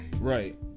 Right